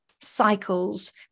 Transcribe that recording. cycles